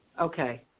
Okay